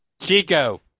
Chico